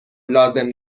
لازم